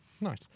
Nice